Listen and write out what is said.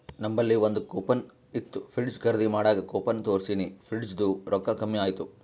ನಂಬಲ್ಲಿ ಒಂದ್ ಕೂಪನ್ ಇತ್ತು ಫ್ರಿಡ್ಜ್ ಖರ್ದಿ ಮಾಡಾಗ್ ಕೂಪನ್ ತೋರ್ಸಿನಿ ಫ್ರಿಡ್ಜದು ರೊಕ್ಕಾ ಕಮ್ಮಿ ಆಯ್ತು